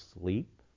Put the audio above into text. sleep